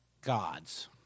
gods